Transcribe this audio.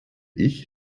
ich